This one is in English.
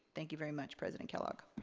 thank you very much, president kellogg.